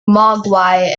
mogwai